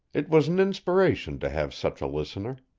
it was an inspiration to have such a listener.